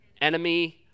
Enemy